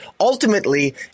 ultimately